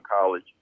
college